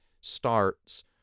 starts